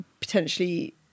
potentially